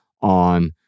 on